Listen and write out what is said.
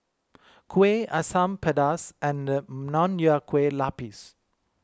Kuih Asam Pedas and Nonya Kueh Lapis